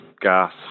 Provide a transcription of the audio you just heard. gas